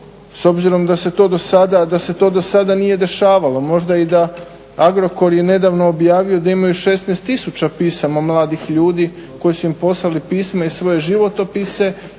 s obzirom da se to do sada nije dešavalo, možda i da Agrokor je nedavno objavio da imaju 16 000 pisama mladih ljudi koji su im poslali pisma i svoje životopise